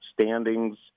standings